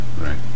Right